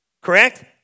Correct